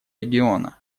региона